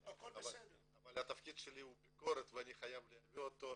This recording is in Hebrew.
אבל התפקיד שלי הוא ביקורת ואני חייב להביא אותה.